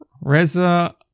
Reza